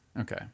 Okay